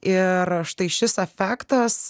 ir štai šis efektas